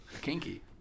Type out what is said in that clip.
kinky